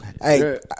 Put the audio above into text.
Hey